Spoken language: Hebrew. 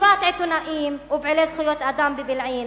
תקיפת עיתונאים ופעילי זכויות אדם בבילעין,